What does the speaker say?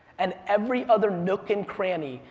and every other nook and cranny,